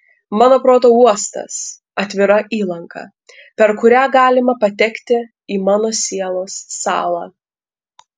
mano proto uostas atvira įlanka per kurią galima patekti į mano sielos sąlą